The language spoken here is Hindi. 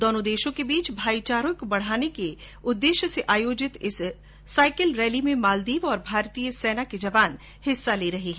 दोनो देशों के बीच भाईचारें के बढाने के लिये आयोजित इस रैली में मालदीव और भारतीय सेना के जवान हिस्सा ले रहे है